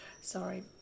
Sorry